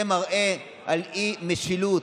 זה מראה על אי-משילות,